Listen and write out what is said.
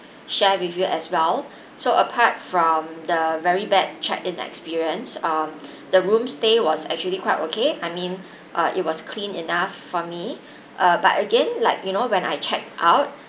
share with you as well so apart from the very bad check in experience um the room stay was actually quite okay I mean uh it was clean enough for me uh but again like you know when I checked out